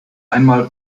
einmal